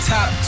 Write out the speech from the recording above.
Top